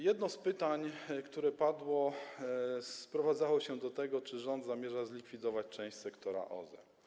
Jedno z pytań, które padło, sprowadzało się do tego, czy rząd zamierza zlikwidować część sektora OZE.